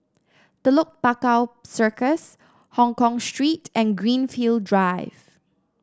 Telok Paku Circus Hongkong Street and Greenfield Drive